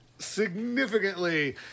significantly